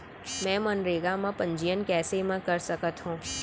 मैं मनरेगा म पंजीयन कैसे म कर सकत हो?